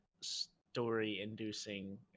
story-inducing